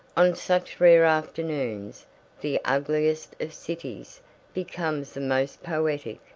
on such rare afternoons the ugliest of cities becomes the most poetic,